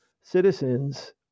citizens